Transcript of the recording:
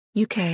UK